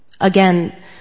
again